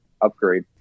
upgrade